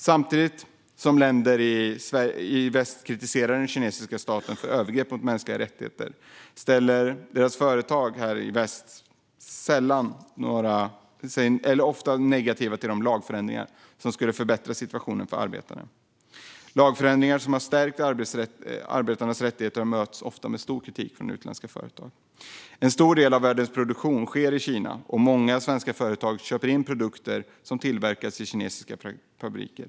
Samtidigt som länder i väst kritiserar den kinesiska staten för övergrepp mot mänskliga rättigheter ställer sig företag i väst ofta negativa till de lagförändringar som skulle förbättra situationen för arbetare. Lagförändringar som har stärkt arbetarnas rättigheter möts ofta av stor kritik från utländska företag. En stor del av världens produktion sker i Kina, och många svenska företag köper in produkter som tillverkats i kinesiska fabriker.